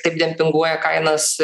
taip dempinguoja kainas